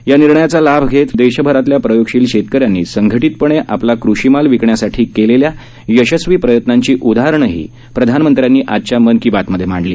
या निर्णयाचा लाभ घेत देशभरातल्या प्रयोगशील शेतकऱ्यांनी संघटितपणे आपला कृषी माल विकण्यासाठी केलेल्या यशस्वी प्रयत्नांची उदाहरणंही प्रधानमंत्र्यांनी आजच्या मन की बातमधे मांडली